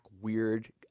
weird